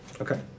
Okay